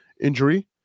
injury